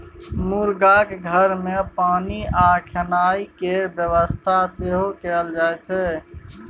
मुरगाक घर मे पानि आ खेनाइ केर बेबस्था सेहो कएल जाइत छै